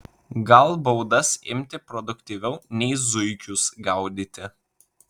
gal baudas imti produktyviau nei zuikius gaudyti